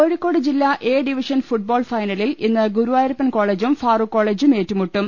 കോഴിക്കോട് ജില്ലാ A division football ഫൈനലിൽ ഇന്ന് ഗുരുവായൂരപ്പൻ കോളെജും ഫാറൂഖ് കോളെജും ഏറ്റുമുട്ടും